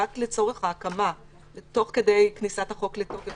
תוך כדי כניסת החוק לתוקף,